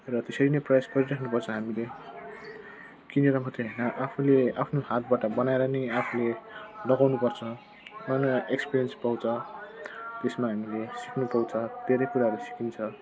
र त्यसैले नै प्रयास गरिराख्नुपर्छ हामीले किनेर मात्रै हैन आफूले आफ्नो हातबाट बनाएर नि आफूले लगाउनुपर्छ बनाएर एक्सपेरिएन्स पाउँछ त्यसमा हामीले सिक्नु पाउँछ धेरै कुराहरू सिकिन्छ